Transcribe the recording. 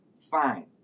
fine